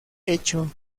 hecho